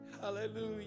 Hallelujah